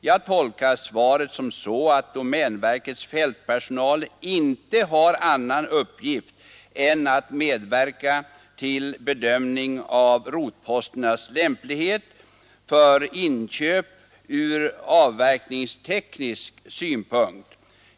Jag tolkar svaret som så, att domänverkets fältpersonal inte har annan uppgift än att medverka till bedömning av rotposternas lämplighet för inköp ur avverkningsteknisk synpunkt.